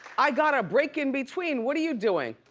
i got a break in between. what are you doing?